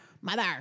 Mother